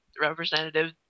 representative